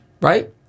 Right